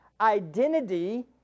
identity